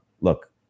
look